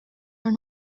are